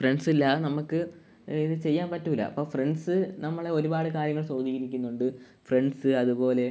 friends ഇല്ലാതെ നമുക്ക് ഇത് ചെയ്യാൻ പറ്റില്ല അപ്പോൾ ഫ്രണ്ട്സ്സ് നമ്മളെ ഒരുപാട് കാര്യങ്ങൾ സ്വാധീനിക്കുന്നുണ്ട് ഫ്രണ്ട്സ്സ് അതുപോലെ